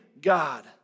God